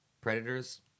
Predators